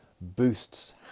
boosts